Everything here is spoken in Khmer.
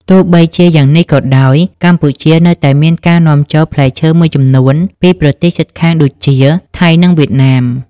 ទោះបីជាយ៉ាងនេះក៏ដោយ កម្ពុជានៅតែមានការនាំចូលផ្លែឈើមួយចំនួនពីប្រទេសជិតខាងដូចជា ថៃ និងវៀតណាម។